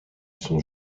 sont